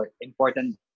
important